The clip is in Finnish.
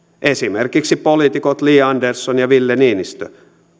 esimerkiksi poliitikot li andersson ja ville niinistö